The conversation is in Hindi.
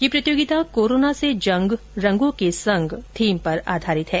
यह प्रतियोगिता कोरोना से जंग रंगों के संग थीम पर आधारित है